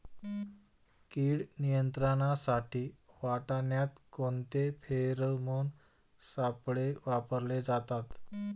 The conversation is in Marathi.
कीड नियंत्रणासाठी वाटाण्यात कोणते फेरोमोन सापळे वापरले जातात?